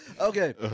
Okay